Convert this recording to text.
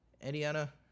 Indiana